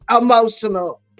emotional